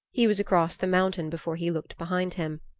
he was across the mountain before he looked behind him.